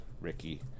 Ricky